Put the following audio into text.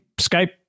Skype